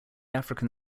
african